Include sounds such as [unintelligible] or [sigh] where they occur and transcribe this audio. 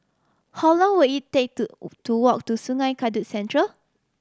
how long will it take to [unintelligible] to walk to Sungei Kadut Central